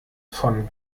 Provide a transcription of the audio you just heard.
von